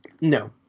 No